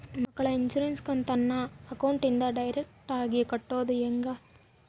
ಮಕ್ಕಳ ಇನ್ಸುರೆನ್ಸ್ ಕಂತನ್ನ ಅಕೌಂಟಿಂದ ಡೈರೆಕ್ಟಾಗಿ ಕಟ್ಟೋದು ಹೆಂಗ?